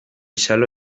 xalo